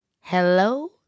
Hello